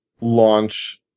launch